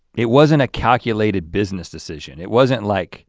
it wasn't a calculated business decision. it wasn't like